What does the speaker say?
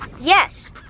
Yes